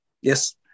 Yes